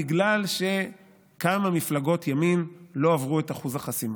בגלל שכמה מפלגות ימין לא עברו את אחוז החסימה.